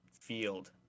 field